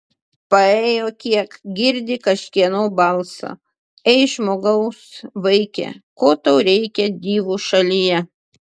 paėjo kiek girdi kažkieno balsą ei žmogaus vaike ko tau reikia divų šalyje